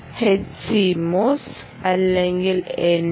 HCMOS അല്ലെങ്കിൽ N MOS